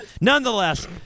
Nonetheless